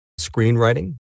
screenwriting